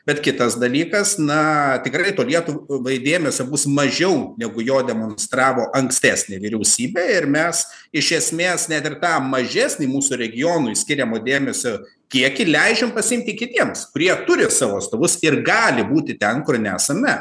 bet kitas dalykas na tikrai to niekur labai dėmesio bus mažiau negu jo demonstravo ankstesnė vyriausybė ir mes iš esmės net ir tam mažesnį mūsų regionui skiriamo dėmesio kiekį leidžiam pasiimti kitiems kurie turi savo stabus ir gali būti ten kur neesam mes